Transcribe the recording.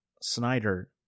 Snyder